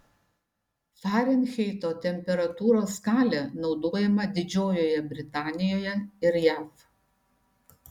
farenheito temperatūros skalė naudojama didžiojoje britanijoje ir jav